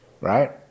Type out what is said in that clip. Right